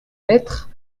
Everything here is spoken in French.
l’être